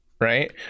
right